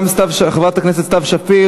גם חברי הכנסת סתיו שפיר,